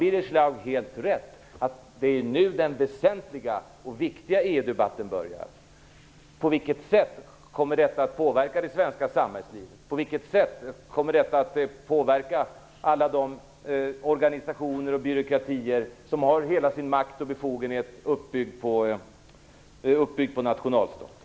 Birger Schlaug har helt rätt i att det är nu den viktiga EU-debatten börjar: På vilket sätt kommer detta att påverka det svenska samhällslivet, på vilket sätt kommer detta att påverka alla de organisationer och byråkratier som har hela sin makt och befogenhet uppbyggd på nationalstaten?